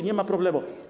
nie ma problemu.